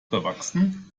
bewachsen